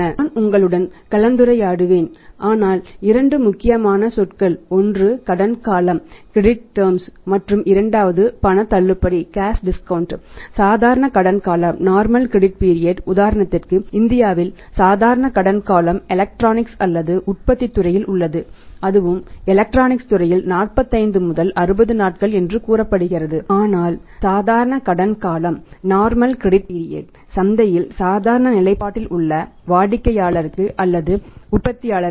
நான் உங்களுடன் கலந்துரையாடுவேன் ஆனால் இரண்டு முக்கியமான சொற்கள் ஒன்று கிரெடிட் டர்ம் சந்தையில் சாதாரண நிலைப்பாட்டில் உள்ள வாடிக்கையாளருக்கு அல்லது உற்பத்தியாளருக்கு